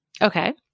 Okay